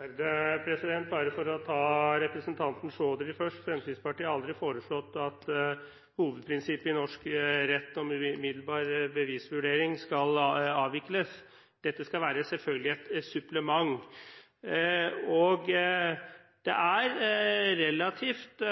Bare for å ta representanten Chaudhry først: Fremskrittspartiet har aldri foreslått at hovedprinsippet i norsk rett om umiddelbar bevisvurdering skal avvikles. Dette skal selvfølgelig være et supplement. Det er relativt